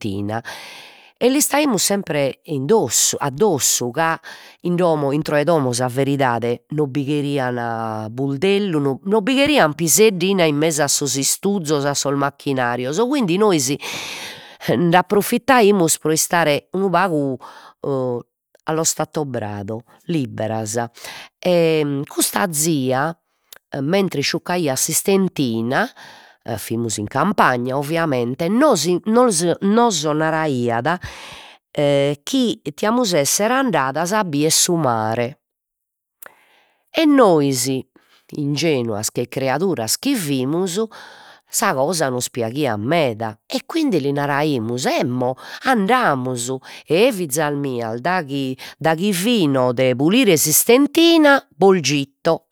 Tina e l'istaimus sempre indossu addossu ca in domo, intro 'e domo sa veridade non bi cherian buldellu, no non bi cherian piseddina in mesu a sos istuzos, a sos macchinarios, quindi nois e nd'approfitaimus pro istare unu pagu allo stato brado, libberas e custa tia, mentres isciuccaiat s'istentina e fimus in campagna ovviamente, nos i nos naraiat e chi diamus esser andadas a bider su mare, e nois, ingenuas che cridauras chi fimus sa cosa nos piaghiat meda e quindi li naraimus emmo andamus, e fizas mias daghi daghi fino de pulire s'istentina bos giutto,